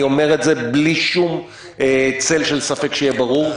אני אומר את זה בלי שום צל של ספק, שיהיה ברור.